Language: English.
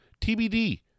TBD